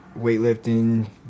weightlifting